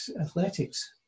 athletics